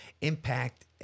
impact